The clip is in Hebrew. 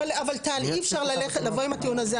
אבל, טל, אי אפשר לבוא עם הטיעון הזה.